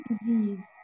disease